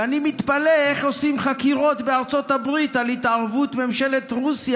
ואני מתפלא איך עושים חקירות בארצות הברית על התערבות ממשלת רוסיה